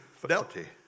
fidelity